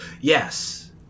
Yes